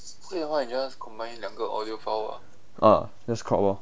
ah just crop lor